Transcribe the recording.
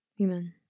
Amen